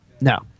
No